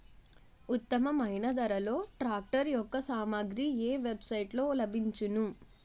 ఉత్తమమైన ధరలో ట్రాక్టర్ యెక్క సామాగ్రి ఏ వెబ్ సైట్ లో లభించును?